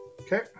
Okay